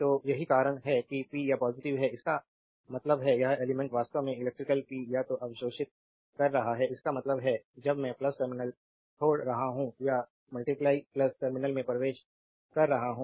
तो यही कारण है कि पी या पॉजिटिव है इसका मतलब है यह एलिमेंट्स वास्तव में इलेक्ट्रिकल पी या तो अवशोषित कर रहा है इसका मतलब है जब मैं टर्मिनल छोड़ रहा हूं या टर्मिनल में प्रवेश कर रहा हूं